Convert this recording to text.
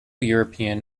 european